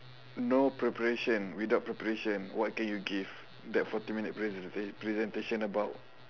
no preparation without preparation what can you give that forty minute pr presenta~ presentation about